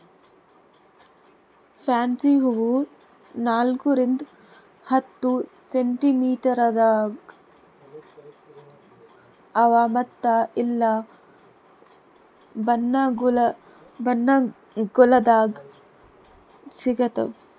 fancy ಹೂವು ನಾಲ್ಕು ರಿಂದ್ ಹತ್ತು ಸೆಂಟಿಮೀಟರದಾಗ್ ಅವಾ ಮತ್ತ ಎಲ್ಲಾ ಬಣ್ಣಗೊಳ್ದಾಗ್ ಸಿಗತಾವ್